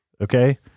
Okay